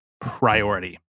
priority